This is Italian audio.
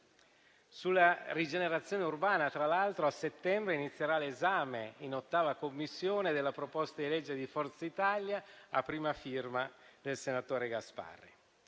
Sulla rigenerazione urbana, tra l'altro, a settembre inizierà l'esame in 8a Commissione della proposta di legge di Forza Italia, a prima firma del senatore Gasparri.